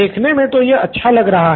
देखने मे तो यह अच्छा लग रहा है